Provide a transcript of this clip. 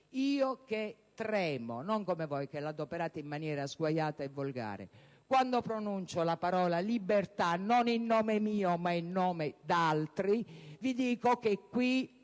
Io che tremo - non come voi, che l'adoperate in maniera sguaiata e volgare - quando pronuncio la parola libertà, non in nome mio ma in nome d'altri, vi dico che qui